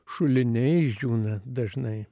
šuliniai išdžiūna dažnai